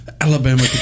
Alabama